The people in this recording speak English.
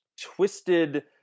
twisted